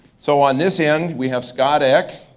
so on this end, we have scott eck.